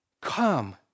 come